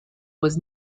was